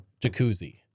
jacuzzi